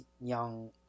young